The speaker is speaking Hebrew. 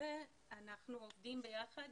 אנחנו עובדים ביחד